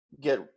get